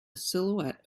silhouette